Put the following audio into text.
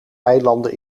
eilanden